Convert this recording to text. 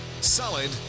solid